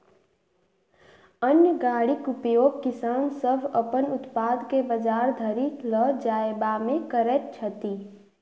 अन्न गाड़ीक उपयोग किसान सभ अपन उत्पाद के बजार धरि ल जायबामे करैत छथि